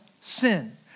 sin